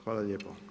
Hvala lijepo.